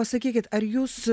o sakykit ar jūs